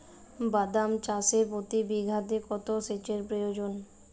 বাদাম চাষে প্রতি বিঘাতে কত সেচের প্রয়োজন?